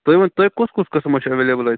تُہۍ ؤنِو تۄہہِ کُس کُس قسم حظ چھُوایٚولیبٕل اتہِ